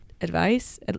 advice